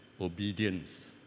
obedience